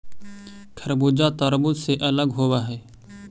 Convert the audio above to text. खरबूजा तारबुज से अलग होवअ हई